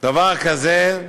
דבר כזה,